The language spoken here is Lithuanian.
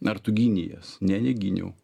ar tu gynei jas ne negyniau